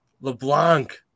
LeBlanc